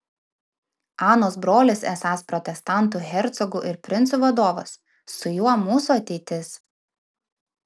anos brolis esąs protestantų hercogų ir princų vadovas su juo mūsų ateitis